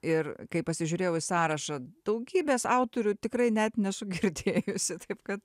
ir kai pasižiūrėjau į sąrašą daugybės autorių tikrai net nesu girdėjusi taip kad